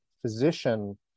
physician